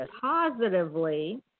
positively